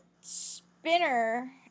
Spinner